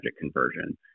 conversion